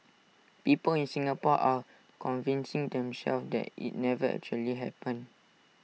people in Singapore are convincing themselves that IT never actually happened